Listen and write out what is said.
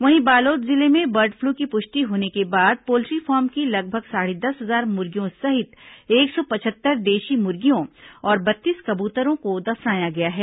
वहीं बालोद जिले में बर्ड फ्लू की पुष्टि होने के बाद पोल्ट्री फॉर्म की लगभग साढ़े दस हजार मुर्गियों सहित एक सौ पचहत्तर देशी मुर्गियों और बत्तीस कबूतरों को दफनाया गया है